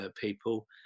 people